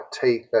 teeth